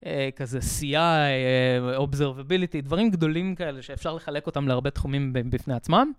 כזה CI, Observability, דברים גדולים כאלה שאפשר לחלק אותם להרבה תחומים בפני עצמם.